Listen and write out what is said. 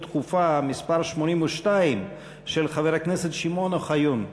דחופה מס' 82 של חבר הכנסת שמעון אוחיון בנושא: